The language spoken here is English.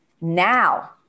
now